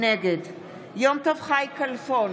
נגד יום טוב חי כלפון,